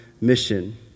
mission